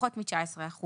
פחות מ-19%